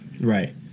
Right